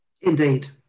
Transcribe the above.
Indeed